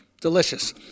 Delicious